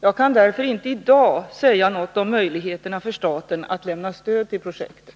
Jag kan därför inte i dag säga något om möjligheterna för staten att lämna stöd till projektet.